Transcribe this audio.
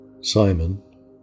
Simon